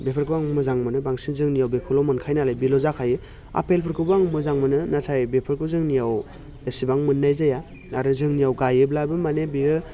बेफोरखौ आं मोजां मोनो बांसिन जोंनियाव बेखौल' मोनखायो नालाय बेल' जाखायो आफेलफोरखौबो आं मोजां मोनो नाथाय बेफोरखौ जोंनियाव एसेबां मोननाय जाया आरो जोंनियाव गायोब्लाबो माने बेयो